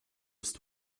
ist